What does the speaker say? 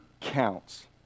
counts